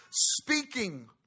Speaking